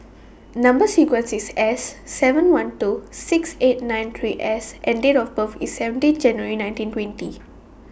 Number sequence IS S seven one two six eight nine three S and Date of birth IS seventeen January nineteen twenty